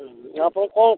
ଆପଣ କ'ଣ